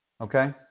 Okay